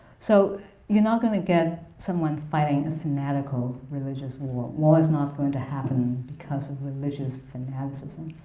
so you're not going to get someone fighting a fanatical religious war. war is not going to happen because of religious fanaticism.